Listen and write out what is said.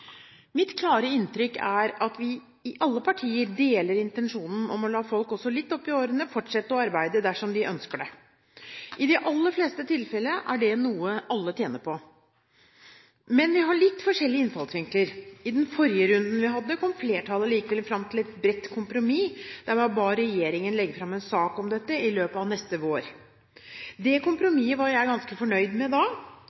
Mitt klare inntrykk er at vi – i alle partier – deler intensjonen om å la folk også litt opp i årene fortsette å arbeide dersom de ønsker det. I de aller fleste tilfeller er det noe alle tjener på. Men vi har litt forskjellige innfallsvinkler. I den forrige runden vi hadde, kom flertallet likevel fram til et bredt kompromiss, der man ba regjeringen legge fram en sak om dette i løpet av neste vår. Det